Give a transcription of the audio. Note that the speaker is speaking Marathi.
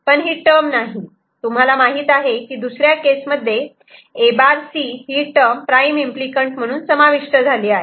पण हि टर्म नाही तुम्हाला माहित आहे कि दुसऱ्या केस मध्ये A' C हि टर्म प्राईम एम्पली कँट म्हणून समाविष्ट झाली आहे